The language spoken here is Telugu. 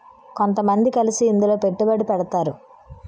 కొంతమంది కలిసి ఇందులో పెట్టుబడి పెడతారు